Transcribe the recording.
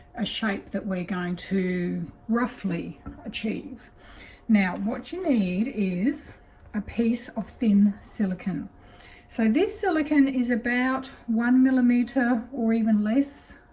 a shape that we're going to roughly achieve now what you need is a piece of thin silicone so this silicone is about one millimeter or even less